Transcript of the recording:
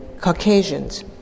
Caucasians